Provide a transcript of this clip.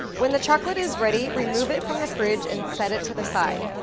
when the chocolate is ready, remove it from the fridge, and set it to the side.